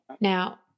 Now